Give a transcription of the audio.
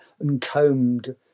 uncombed